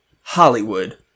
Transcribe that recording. Hollywood